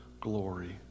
glory